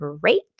great